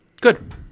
Good